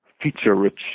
feature-rich